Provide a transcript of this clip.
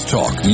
Talk